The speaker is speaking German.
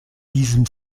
diesem